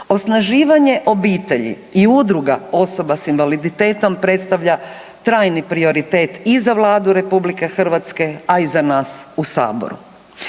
Osnaživanje obitelji i udruga osoba s invaliditetom predstavlja trajni prioritet i za Vladu RH, a i za nas u saboru.